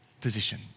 position